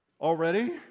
already